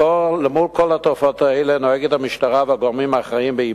מול כל התופעות האלה נוהגים המשטרה והגורמים האחראים באיפוק,